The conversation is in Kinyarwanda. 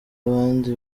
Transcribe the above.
abandi